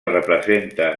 representa